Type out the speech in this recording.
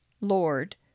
Lord